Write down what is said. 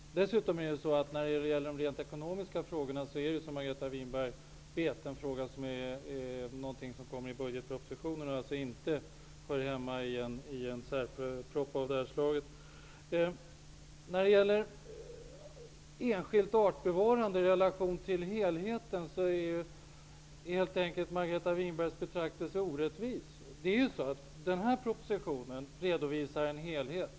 Som Margareta Winberg vet kommer de rent ekonomiska frågorna att behandlas i samband med budgetpropositionen. De hör alltså inte hemma när en särproposition av det här slaget behandlas. När det gäller enskilt artbevarande i relation till helheten, är Margareta Winbergs betraktelse helt enkelt orättvis. Denna proposition redovisar en helhet.